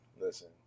listen